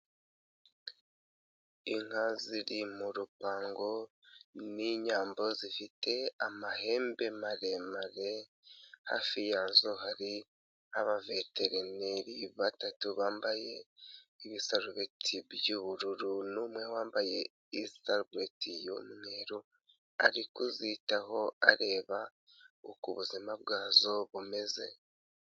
Inka ziri mu rupango n'inyambo zifite amahembe maremare, hafi yazo hari abaveterineri batatu bambaye ibisarubeti by'ubururu n'umwe wambaye isarubeti y'umweru ari kuzitaho areba uko ubuzima bwazo bumeze.